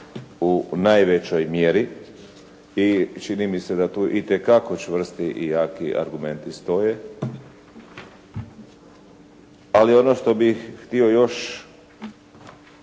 u najvećoj mjeri i čini mi se da tu itekako čvrsti i jaki argumenti stoje. Ali ono što bih htio još